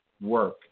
work